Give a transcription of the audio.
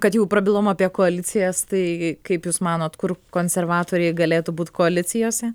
kad jau prabilom apie koalicijas tai kaip jūs manot kur konservatoriai galėtų būt koalicijose